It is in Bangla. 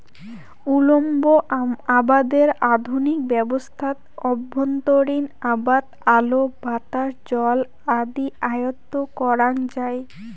উল্লম্ব আবাদের আধুনিক ব্যবস্থাত অভ্যন্তরীণ আবাদ আলো, বাতাস, জল আদি আয়ত্ব করাং যাই